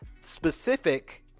specific